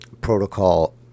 protocol